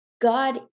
God